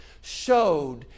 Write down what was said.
showed